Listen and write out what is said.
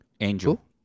Angel